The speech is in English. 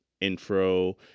intro